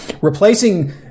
Replacing